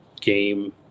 game